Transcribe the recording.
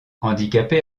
handicapé